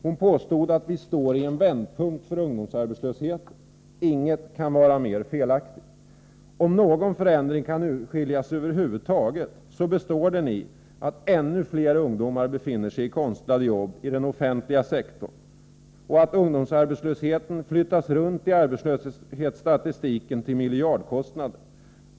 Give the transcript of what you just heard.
Hon påstod att vi står i en vändpunkt för ungdomsarbetslösheten. Inget kan vara mer felaktigt. Om någon förändring kan urskiljas över huvud taget, består den i att ännu fler ungdomar befinner sig i konstlade jobb i den offentliga sektorn och att ungdomsarbetslösheten flyttas runt i arbetslöshetsstatistiken till miljardkostnader.